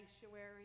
sanctuary